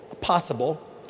possible